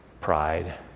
Pride